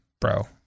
bro